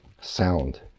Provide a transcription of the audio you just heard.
sound